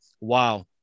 wow